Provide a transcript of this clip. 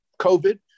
COVID